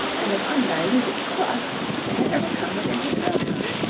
and of undiluted crust that had ever come within his notice.